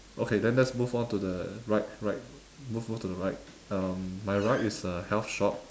okay then let's move on to the right right move on to the right um my right is a health shop